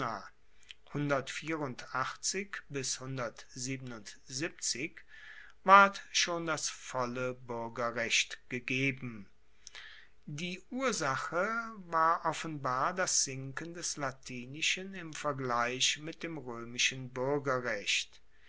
ward schon das volle buergerrecht gegeben die ursache war offenbar das sinken des latinischen im vergleich mit dem roemischen buergerrecht